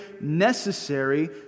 necessary